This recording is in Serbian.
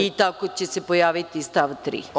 I tako će se pojaviti stav 3. ovde.